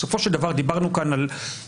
בסופו של דבר דיברנו כאן על חשודים,